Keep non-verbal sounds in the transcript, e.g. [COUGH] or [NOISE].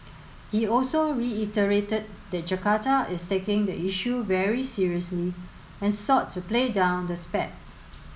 [NOISE] he also reiterated that Jakarta is taking the issue very seriously and sought to play down the spat